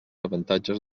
avantatges